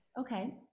Okay